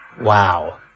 Wow